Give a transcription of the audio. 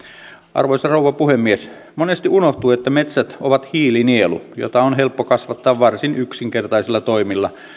arvoisa rouva puhemies monesti unohtuu että metsät ovat hiilinielu jota on helppo kasvattaa varsin yksinkertaisilla toimilla